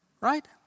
right